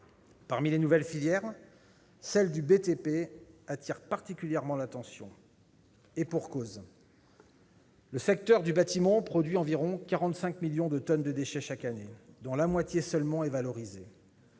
Parmi les nouvelles filières, celle du BTP attire particulièrement l'attention, et pour cause ! Le secteur du bâtiment produit environ 45 millions de tonnes de déchets chaque année, dont la moitié seulement est valorisée.